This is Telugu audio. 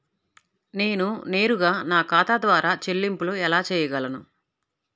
నేను నేరుగా నా ఖాతా ద్వారా చెల్లింపులు ఎలా చేయగలను?